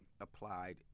applied